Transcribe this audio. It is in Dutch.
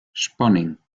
spanning